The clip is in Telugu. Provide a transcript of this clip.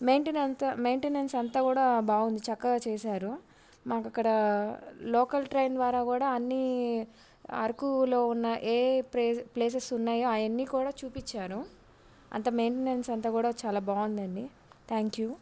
మెయింటెనెన్స్ అంతా కూడా బాగుంది చక్కగా చేశారు మాకు అక్కడ లోకల్ ట్రైన్ ద్వారా కూడా అన్నీ అరకులో ఉన్న ఏఏ ప్లేసెస్ ఉన్నాయో అవి అన్నీ కూడా చూపించాను అంత మెయింటెనెన్స్ అంతా కూడా చాలా బాగుందండి థ్యాంక్ యూ